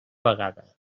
vegada